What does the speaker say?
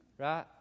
Right